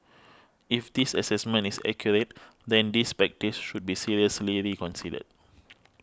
if this assessment is accurate then this practice should be seriously reconsidered